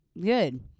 good